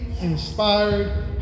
inspired